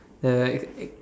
there right